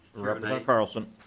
representative carlson